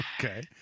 Okay